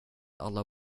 alla